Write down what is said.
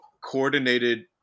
coordinated